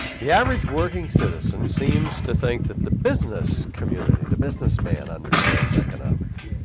the average working citizen seems to think that the business community, the businessman understands economics,